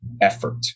effort